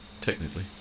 Technically